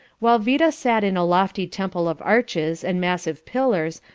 while vida sat in a lofty temple of arches and massive pillars,